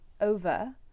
over